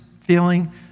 feeling